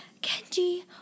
Kenji